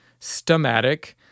stomatic